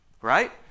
Right